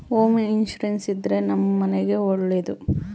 home insurance ಇದ್ರೆ ನಮ್ ಮನೆಗ್ ಒಳ್ಳೇದು